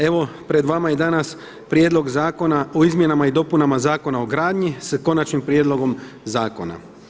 Evo pred vama je danas Prijedlog zakona o izmjenama i dopunama Zakona o gradnji sa konačnim prijedlogom zakona.